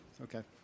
okay